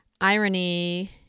irony